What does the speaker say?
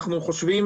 אנחנו חושבים,